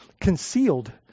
concealed